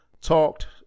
talked